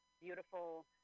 beautiful